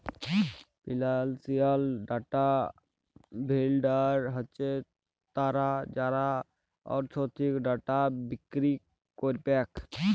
financial data vendor হছে তারা যারা আথ্থিক ডাটা বিক্কিরি ক্যারবেক